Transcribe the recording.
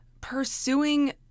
pursuing